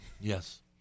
Yes